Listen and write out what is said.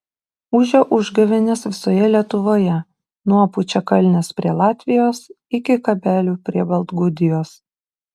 ūžia užgavėnės visoje lietuvoje nuo pučiakalnės prie latvijos iki kabelių prie baltgudijos